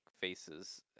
faces